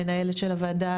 המנהלת של הוועדה,